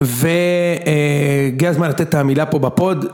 והגיע הזמן לתת את המילה פה בפוד